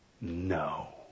no